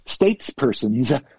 Statespersons